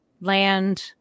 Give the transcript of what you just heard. land